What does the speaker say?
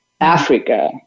Africa